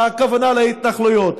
הכוונה להתנחלויות.